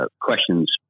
questions